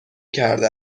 کرده